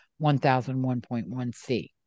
1001.1c